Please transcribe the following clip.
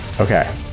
okay